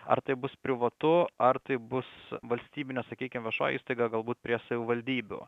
ar tai bus privatu ar tai bus valstybinė sakykim viešoji įstaiga galbūt prie savivaldybių